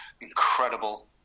incredible